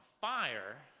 fire